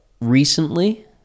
recently